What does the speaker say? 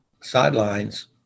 sidelines